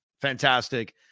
fantastic